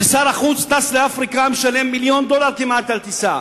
ושר החוץ טס לאפריקה ומשלם מיליון דולר כמעט על טיסה.